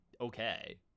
okay